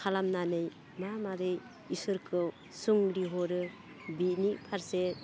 खालामनानै मा माबोरै इसोरखौ सुंदिहरो बिनि फारसे